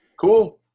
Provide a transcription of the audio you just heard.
Cool